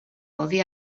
oddi